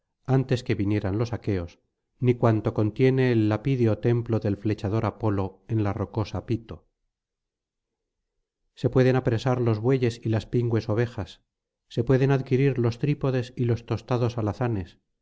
antes que vinieran los aqueos ni cuanto contiene el lapídeo templo del flechador apolo en la rocosa pito se pueden apresar los bueyes y las pingües ovejas se pueden adquirir los trípodes y los tostados alazanes